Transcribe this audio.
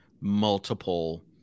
multiple